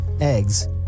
eggs